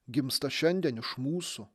gimsta šiandien iš mūsų